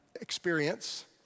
experience